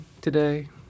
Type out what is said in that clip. today